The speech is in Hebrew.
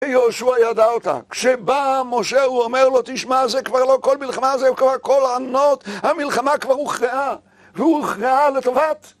יהושע ידע אותה, כשבא משה הוא אומר לו תשמע זה כבר לא כל מלחמה, זהו כל ענות, המלחמה כבר הוכרעה, והיא הוכרעה לטובת